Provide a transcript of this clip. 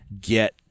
get